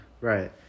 Right